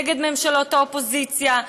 נגד ממשלות האופוזיציה,